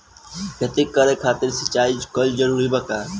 खेती करे खातिर सिंचाई कइल जरूरी बा का?